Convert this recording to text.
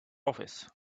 office